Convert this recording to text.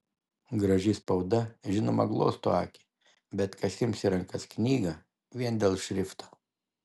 graži spauda žinoma glosto akį bet kas ims į rankas knygą vien dėl šrifto